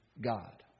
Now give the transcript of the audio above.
God